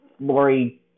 Lori